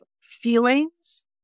feelings